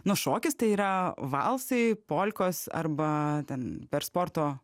nu šokis tai yra valsai polkos arba ten per sporto